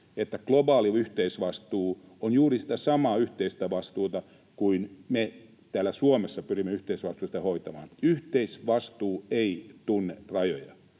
että globaali yhteisvastuu on juuri sitä samaa yhteistä vastuuta, jota me täällä Suomessa pyrimme yhteisvastuullisesti hoitamaan. Yhteisvastuu ei tunne rajoja.